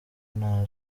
nta